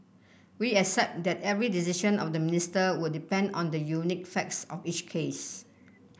we accept that every decision of the Minister would depend on the unique facts of each case